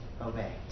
obey